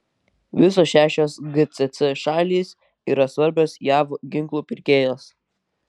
visos šešios gcc šalys yra svarbios jav ginklų pirkėjos